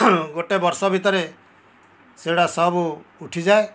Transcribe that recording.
ଗୋଟେ ବର୍ଷ ଭିତରେ ସେଗୁଡ଼ା ସବୁ ଉଠିଯାଏ